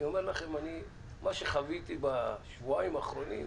אני אומר לכם, מה שחוויתי בשבועיים האחרונים,